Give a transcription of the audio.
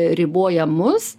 riboja mus